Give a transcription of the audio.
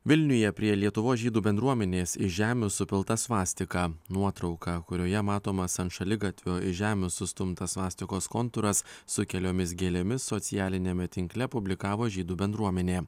vilniuje prie lietuvos žydų bendruomenės iš žemių supilta svastika nuotrauka kurioje matomas ant šaligatvio iš žemių sustumtas svastikos kontūras su keliomis gėlėmis socialiniame tinkle publikavo žydų bendruomenė